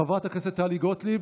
חבר הכנסת מתן כהנא,